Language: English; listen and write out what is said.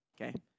Okay